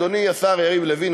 אדוני השר יריב לוין,